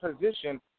position